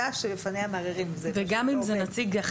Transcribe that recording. שיטת הניהול של ישובים במרחב